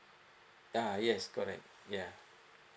ah yes correct ya